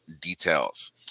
details